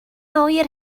oer